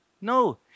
No